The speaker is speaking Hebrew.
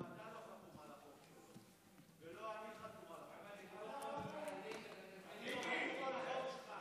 גם אתה לא חתום על החוק, שלמה, אני חתום על החוק.